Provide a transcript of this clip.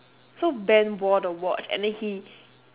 so ben wore the watch and then he